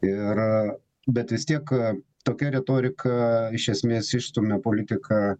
ir bet vis tiek tokia retorika iš esmės išstumia politiką